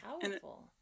powerful